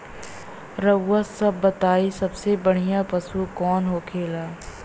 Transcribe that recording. रउआ सभ बताई सबसे बढ़ियां पशु कवन होखेला?